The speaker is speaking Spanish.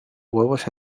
huevos